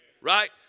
right